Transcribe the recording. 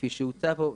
כפי שהוצע פה,